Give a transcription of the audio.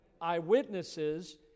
Eyewitnesses